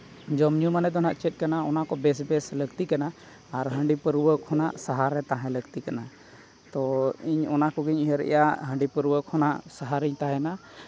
ᱡᱚᱢᱼᱧᱩ ᱢᱟᱱᱮ ᱫᱚ ᱪᱮᱫ ᱠᱟᱱᱟ ᱚᱱᱟᱠᱚ ᱵᱮᱥ ᱵᱮᱥ ᱞᱟᱹᱠᱛᱤ ᱠᱟᱱᱟ ᱟᱨ ᱦᱟᱺᱰᱤ ᱯᱟᱹᱣᱨᱟᱹ ᱠᱷᱚᱱᱟᱜ ᱥᱟᱦᱟᱨᱮ ᱛᱟᱦᱮᱸ ᱞᱟᱹᱠᱛᱤ ᱠᱟᱱᱟ ᱛᱳ ᱤᱧ ᱚᱱᱟ ᱠᱚᱜᱤᱧ ᱩᱭᱦᱟᱹᱨᱮᱫᱼᱟ ᱦᱟᱺᱰᱤ ᱯᱟᱹᱣᱨᱟᱹ ᱠᱷᱚᱱᱟᱜ ᱥᱟᱦᱟᱨᱤᱧ ᱛᱟᱦᱮᱱᱟ